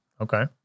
Okay